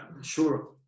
Sure